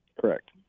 correct